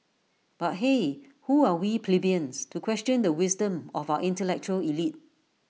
but hey who are we plebeians to question the wisdom of our intellectual elite